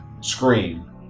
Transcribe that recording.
Scream